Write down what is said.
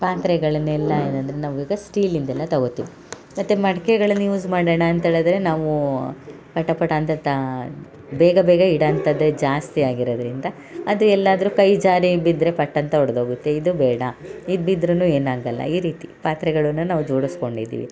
ಪಾತ್ರೆಗಳನ್ನೆಲ್ಲ ಏನಂದರೆ ನಾವೀಗ ಸ್ಟೀಲಿಂದೆಲ್ಲ ತಗೊತೀವಿ ಮತ್ತು ಮಡ್ಕೆಗಳನ್ನ ಯೂಸ್ ಮಾಡೋಣ ಅಂತ್ಹೇಳಿದರೆ ನಾವು ಪಟ ಪಟ ಅಂತ ತಾ ಬೇಗ ಬೇಗ ಇಡಂತದೆ ಜಾಸ್ತಿಯಾಗಿರೋದ್ರಿಂದ ಅದು ಎಲ್ಲಾದ್ರ ಕೈ ಜಾರಿ ಬಿದ್ದರೆ ಪಟ್ಟಂತ ಒಡ್ದೋಗುತ್ತೆ ಇದು ಬೇಡ ಇದು ಬಿದ್ದರೂನು ಏನು ಆಗಲ್ಲ ಈ ರೀತಿ ಪಾತ್ರೆಗಳನ್ನು ನಾವು ಜೋಡುಸ್ಕೊಂಡಿದ್ದೀವಿ